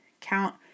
count